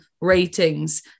ratings